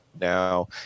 now